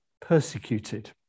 persecuted